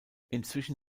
inzwischen